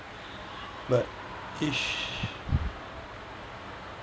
but ish